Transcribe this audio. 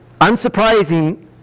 unsurprising